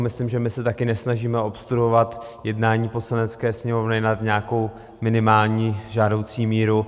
Myslím, že my se taky nesnažíme obstruovat jednání Poslanecké sněmovny nad nějakou minimální žádoucí míru.